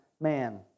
man